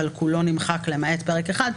אבל כולו נמחק למעט פרק 1,